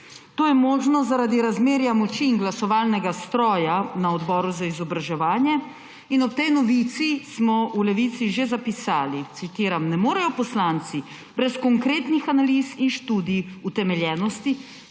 To je možno zaradi razmerja moči in glasovalnega stroja na Odboru za izobraževanje. Ob tej novici smo v Levici že zapisali, citiram:« Ne morejo poslanci brez konkretnih analiz in študij utemeljenosti